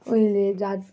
उयसले जात